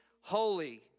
holy